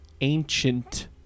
ancient